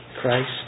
Christ